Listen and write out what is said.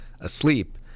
asleep